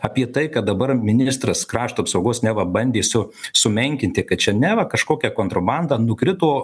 apie tai kad dabar ministras krašto apsaugos neva bandė su sumenkinti kad čia neva kažkokia kontrabanda nukrito